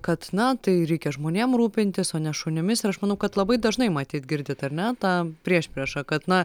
kad na tai reikia žmonėm rūpintis o ne šunimis ir aš manau kad labai dažnai matyt girdit ar ne tą priešpriešą kad na